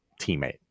teammate